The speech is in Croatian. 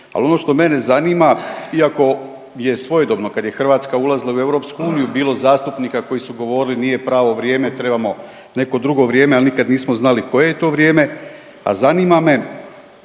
Ali ono što mene zanima iako je svojedobno, kad je Hrvatska ulazila u EU bilo zastupnika koji su govorili nije pravo vrijeme, trebamo neko drugo vrijeme, ali nikad nismo znali koje je to vrijeme, a zanima me,